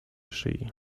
szyi